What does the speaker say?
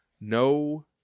no